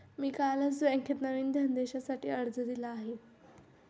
मी कालच बँकेत नवीन धनदेशासाठी अर्ज दिला आहे